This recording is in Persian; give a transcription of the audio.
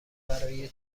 برای